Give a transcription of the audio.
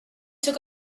took